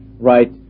right